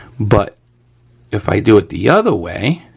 but if i do it the other way,